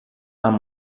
amb